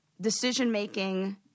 decision-making